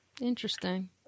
Interesting